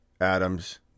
Adams